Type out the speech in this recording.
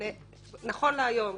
נכון להיום.